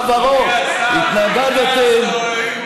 זה אתה נתת לבד או ששר האוצר נתן לך?